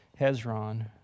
Hezron